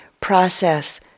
process